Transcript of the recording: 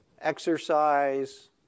exercise